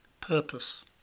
purpose